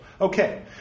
Okay